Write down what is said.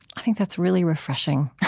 i think that's really refreshing